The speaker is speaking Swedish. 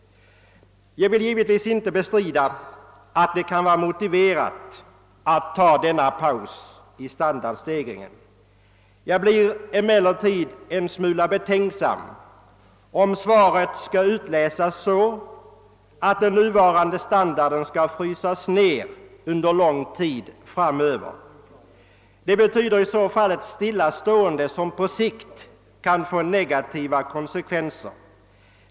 Jag vill givetvis inte bestrida att det kan vara motiverat att ta en sådan paus. Jag blir emellertid en smula betänksam om svaret skall utläsas så att den nuvarande standarden skall frysas ner under lång tid framöver. Det betyder i så fall ett stillastående som på sikt kan få negativa konsekvenser.